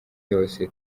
yose